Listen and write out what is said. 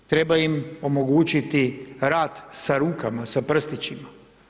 Treba im omogućiti rad sa rukama, sa prstićima.